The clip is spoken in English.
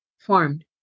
formed